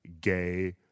gay